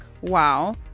wow